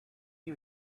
you